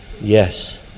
yes